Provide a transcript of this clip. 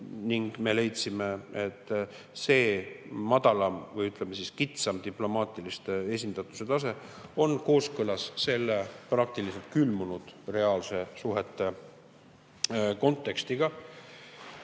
Ning me leidsime, et see madalam või, ütleme, kitsam diplomaatilise esindatuse tase on kooskõlas selle praktiliselt külmunud reaalsete suhete kontekstiga.